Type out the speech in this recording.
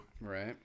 Right